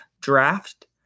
draft